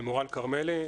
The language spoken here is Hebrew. מורן כרמלי,